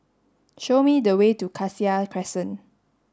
show me the way to Cassia Crescent